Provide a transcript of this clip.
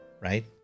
Right